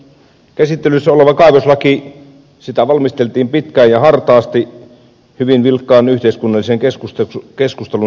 käsittelyssä olevaa kaivoslakia valmisteltiin pitkään ja hartaasti hyvin vilkkaan yhteiskunnallisen keskustelun sävyttämänä